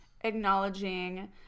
acknowledging